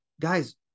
guys